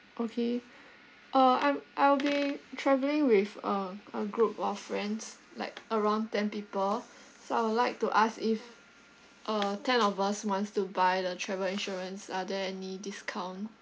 okay uh I'm I'll be travelling with uh a group of friends like around ten people so I would like to ask if uh ten of us wants to buy the travel insurance are there any discount